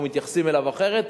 אנחנו מתייחסים אליו אחרת,